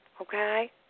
okay